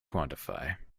quantify